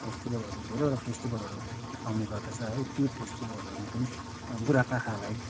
फेस्टिभलहरू धेरैवटा फेस्टिभलहरू आउने गर्दछ है ती फेस्टिभलहरूमा पनि बुढापाकाहरूलाई